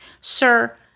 Sir